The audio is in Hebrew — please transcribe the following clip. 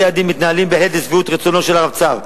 ובתי-הדין מתנהלים בהחלט לשביעות רצונו של הרבצ"ר.